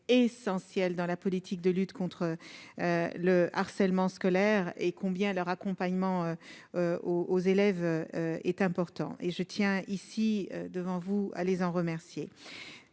essentiel dans la politique de lutte contre le harcèlement scolaire et combien leur accompagnement aux élèves est important et je tiens ici devant vous, à les en remercier